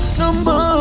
number